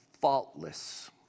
faultless